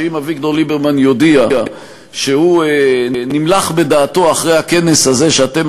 שאם אביגדור ליברמן יודיע שהוא נמלך בדעתו אחרי הכנס הזה שאתם